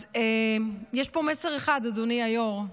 אז יש פה מסר אחד, אדוני היו"ר,